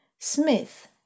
Smith